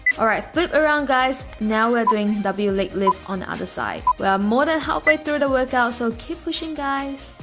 all right flip around guys now we're doing w leg lifts on the other side. we're more than halfway through the workout so keep pushing guys